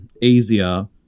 easier